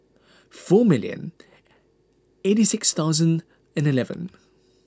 four million eighty six thousand and eleven